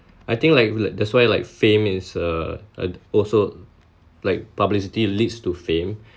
I think like that that's why like fame is a a also like publicity leads to fame